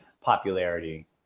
popularity